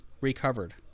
recovered